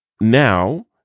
now